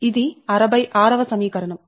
ఇది 66 వ సమీకరణం